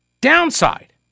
downside